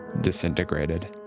...disintegrated